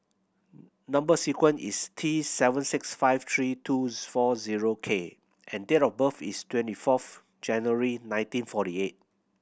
number sequence is T seven six five three two four zero K and date of birth is twenty fourth January nineteen forty eight